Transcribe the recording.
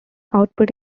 output